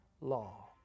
law